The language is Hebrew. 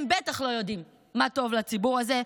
הם בטח לא יודעים מה טוב לציבור הזה,